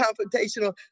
confrontational